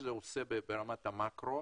ברמת המקרו.